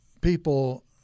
people